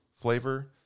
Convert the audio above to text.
flavor